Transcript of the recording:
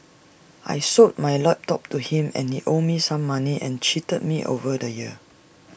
I sold my laptop to him and he owed me some money and cheated me over the year